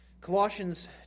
Colossians